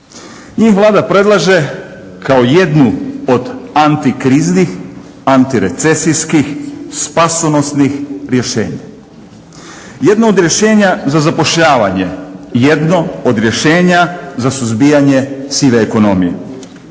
Njih Vlada predlaže kao jednu od antikriznih, antirecesijskih, spasonosnih rješenja, jedno od rješenja za zapošljavanje, jedno od rješenja za suzbijanje sive ekonomije.